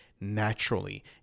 naturally